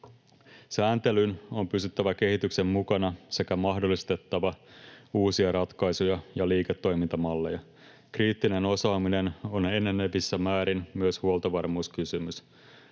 Sääntelyn on pysyttävä kehityksen mukana sekä mahdollistettava uusia ratkaisuja ja liiketoimintamalleja. Kriittinen osaaminen on enenevissä määrin myös huoltovarmuuskysymys.